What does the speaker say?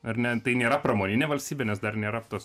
ar ne tai nėra pramoninė valstybė nes dar nėra tos